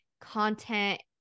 content